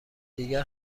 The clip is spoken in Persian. دیگر